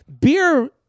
Beer